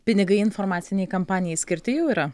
pinigai informacinei kampanijai skirti jau yra